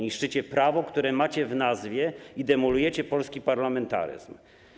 Niszczycie prawo, które macie w nazwie, i demolujecie polski parlamentaryzm.